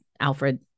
Alfred